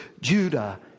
Judah